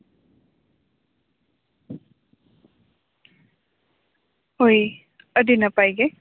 ᱦᱳᱭ ᱟᱹᱰᱤ ᱱᱟᱯᱟᱭ ᱜᱮ